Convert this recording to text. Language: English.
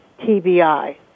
TBI